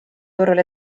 turul